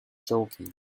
joking